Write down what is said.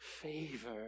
favor